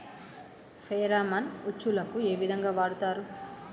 Pheromone ఉచ్చులకు ఏ విధంగా వాడుతరు?